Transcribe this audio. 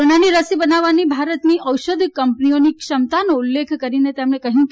કોરોનાની રસી બનાવવાની ભારતની ઔષધ કંપનીઓની ક્ષમતાઓ ઉલ્લેખ કરીને તેમણે કહ્યું હતું